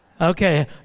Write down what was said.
Okay